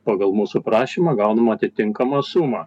pagal mūsų prašymą gauname atitinkamą sumą